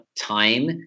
time